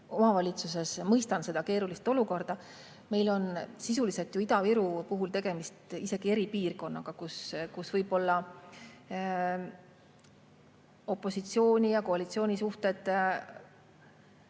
omavalitsuses, mõistan seda keerulist olukorda. Meil on sisuliselt ju Ida-Viru puhul tegemist eripiirkonnaga, kus võib-olla opositsiooni ja koalitsiooni suhted